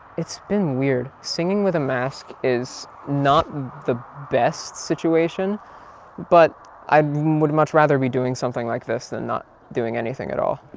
it's been weird. singing with a mask is not the best situation but i would much rather be doing something like this than not doing anything at all.